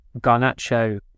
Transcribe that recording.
Garnacho